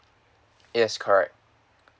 yes correct